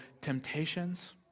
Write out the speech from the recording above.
temptations